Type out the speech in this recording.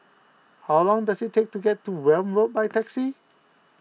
how long does it take to get to Welm Road by taxi